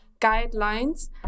guidelines